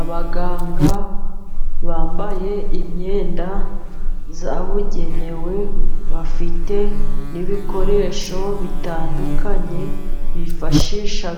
Abaganga bambaye imyenda yabugenewe bafite n'ibikoresho bitandukanye, bifashisha